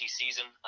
season